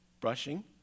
brushing